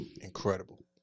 Incredible